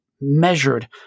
measured